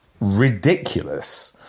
ridiculous